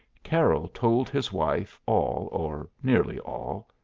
carroll told his wife all, or nearly all.